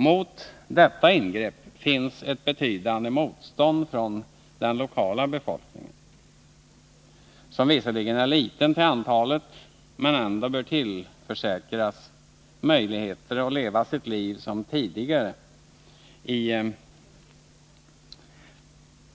Mot detta ingrepp finns ett betydande motstånd från den lokala befolkningen, som visserligen är liten till antalet men ändå bör tillförsäkras möjligheter att leva sitt liv som tidigare